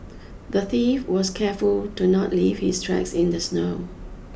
the thief was careful to not leave his tracks in the snow